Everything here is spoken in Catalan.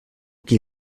qui